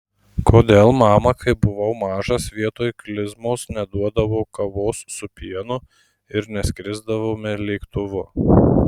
kodėl mama kai buvau mažas vietoj klizmos neduodavo kavos su pienu ir neskrisdavome lėktuvu